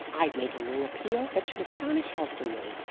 i'd make him ring a peal that should astonish helstonleigh,